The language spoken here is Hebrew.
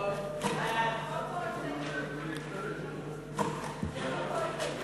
הצבעה על הסתייגות או על החוק?